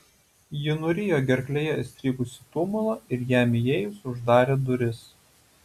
ji nurijo gerklėje įstrigusį tumulą ir jam įėjus uždarė duris